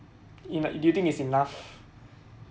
in do you think is enough